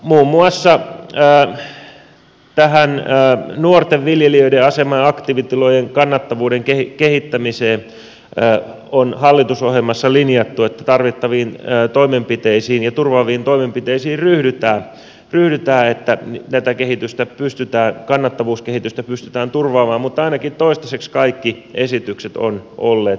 muun muassa tähän nuorten viljelijöiden asemaan ja aktiivitilojen kannattavuuden kehittämiseen on hallitusohjelmassa linjattu että tarvittaviin toimenpiteisiin ja turvaaviin toimenpiteisiin ryhdytään että tätä kannattavuuskehitystä pystytään turvaamaan mutta ainakin toistaiseksi kaikki esitykset ovat olleet päinvastaisia